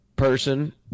person